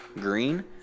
green